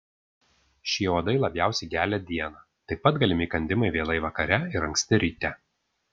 šie uodai labiausiai gelia dieną taip pat galimi įkandimai vėlai vakare ir anksti ryte